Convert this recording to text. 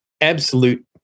absolute